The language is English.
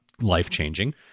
life-changing